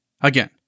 Again